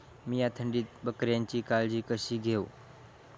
मीया थंडीत बकऱ्यांची काळजी कशी घेव?